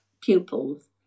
pupils